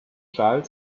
child